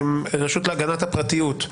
הרשות להגנת הפרטיות,